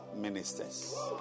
ministers